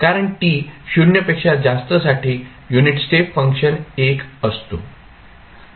कारण t 0 पेक्षा जास्तसाठी युनिट स्टेप फंक्शन 1 असतो